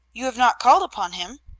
you have not called upon him?